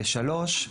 ושלוש,